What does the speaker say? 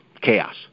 chaos